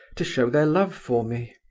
to show their love for me.